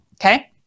okay